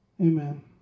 Amen